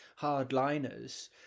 hardliners